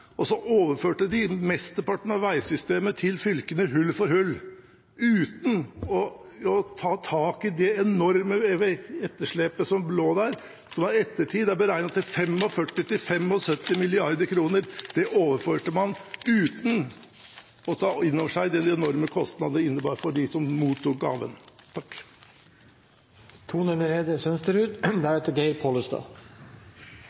og så overførte de mesteparten av veisystemet til fylkene hull for hull uten å ta tak i det enorme etterslepet som lå der, som i ettertid er beregnet til 45–75 mrd. kr. Det overførte man uten å ta inn over seg den enorme kostnaden det innebar for dem som mottok gaven.